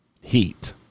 heat